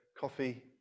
coffee